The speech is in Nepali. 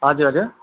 हजुर हजुर